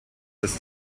das